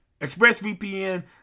ExpressVPN